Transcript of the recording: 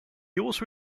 also